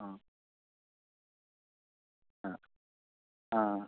ആ ആ ആ